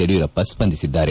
Yediyurappa ಸ್ತಂದಿಸಿದ್ದಾರೆ